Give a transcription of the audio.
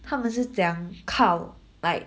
他们是怎样靠 like